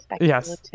Yes